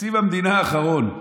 תקציב המדינה האחרון,